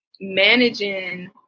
managing